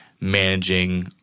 managing